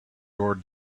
your